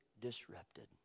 disrupted